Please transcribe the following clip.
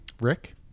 Rick